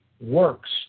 works